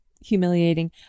Humiliating